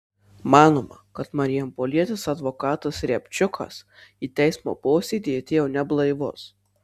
manoma kad marijampolietis advokatas riabčiukas į teismo posėdį atėjo neblaivus